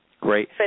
Great